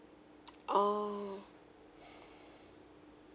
orh